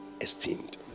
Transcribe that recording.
esteemed